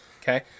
Okay